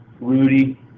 Rudy